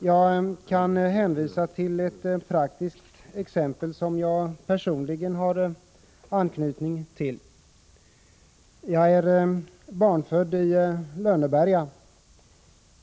Jag kan hänvisa till ett praktiskt exempel, som jag personligen har anknytning till, nämligen Lönneberga, där jag själv är född.